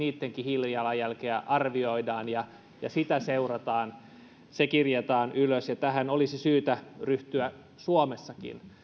hiilijalanjälkeä arvioidaan ja ja sitä seurataan se kirjataan ylös ja tähän olisi syytä ryhtyä suomessakin